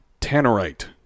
tannerite